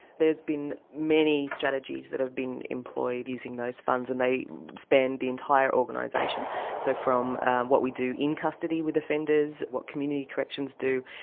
there's been many strategies that have been employed using those funds and they span the entire organisation so from what we do in custody with offenders, what community corrections do,